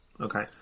Okay